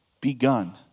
begun